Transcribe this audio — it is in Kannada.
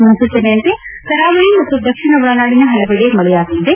ಮುನ್ಲೂಚನೆಯಂತೆ ಕರಾವಳಿ ಮತ್ತು ದಕ್ಷಿಣ ಒಳನಾಡಿನ ಹಲವೆಡೆ ಮಳೆಯಾಗಲಿದೆ